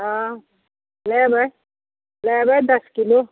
हँ लेबै लेबै दश किलो